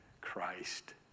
Christ